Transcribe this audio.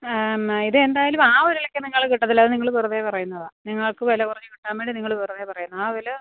ഇത് എന്തായാലും ആ വിലയ്ക്ക് നിങ്ങൾക്ക് കിട്ടത്തില്ല അത് നിങ്ങൾ വെറുതെ പറയുന്നതാണ് നിങ്ങൾക്ക് വില കുറഞ്ഞു കിട്ടാൻ വേണ്ടി നിങ്ങൾ വെറുതെ പറയുന്നത് ആ വില